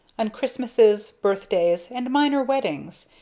on christmases, birthdays, and minor weddings,